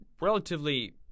relatively